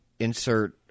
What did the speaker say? Insert